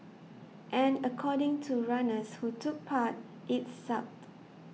and according to runners who took part it sucked